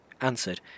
answered